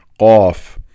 Qaf